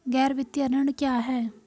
गैर वित्तीय ऋण क्या है?